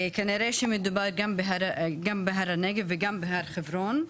כנראה שמדובר גם בהר הנגב וגם בהר חברון.